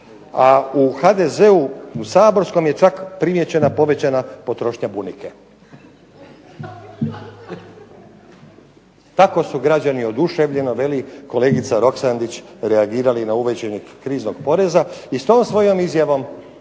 A u HDZ-u saborskom čak primijećena povećana potrošnja bunike. Tako su građani oduševljeno veli kolegica Roksandić reagirali na uvođenje kriznog poreza. I s tom svojom izjavom